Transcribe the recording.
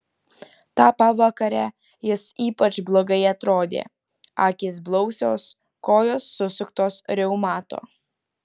tą pavakarę jis ypač blogai atrodė akys blausios kojos susuktos reumato